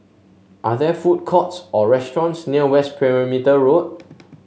are there food courts or restaurants near West Perimeter Road